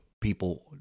people